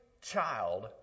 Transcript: child